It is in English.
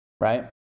right